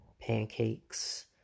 pancakes